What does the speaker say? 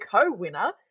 co-winner